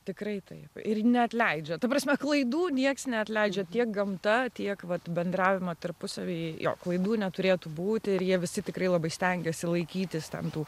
tikrai taip ir neatleidžia ta prasme klaidų nieks neatleidžia tiek gamta tiek vat bendravime tarpusavyje jo klaidų neturėtų būti ir jie visi tikrai labai stengiasi laikytis tam tikrų